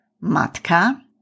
Matka